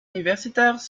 universitaires